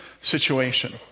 situation